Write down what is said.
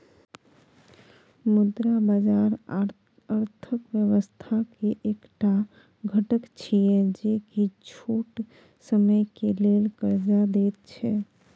मुद्रा बाजार अर्थक व्यवस्था के एक टा घटक छिये जे की छोट समय के लेल कर्जा देत छै